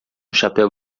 chapéu